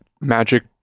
magic